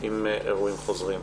עם אירועים חוזרים.